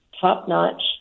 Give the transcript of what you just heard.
top-notch